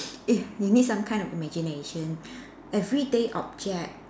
if we need some kind of imagination everyday object